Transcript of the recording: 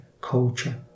culture